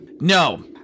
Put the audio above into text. No